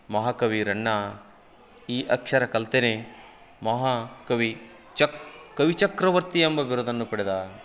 ಮಹಾಕವಿ ರನ್ನ ಈ ಅಕ್ಷರ ಕಲ್ತೆ ಮಹಾಕವಿ ಚಕ್ ಕವಿಚಕ್ರವರ್ತಿ ಎಂಬ ಬಿರುದನ್ನು ಪಡೆದ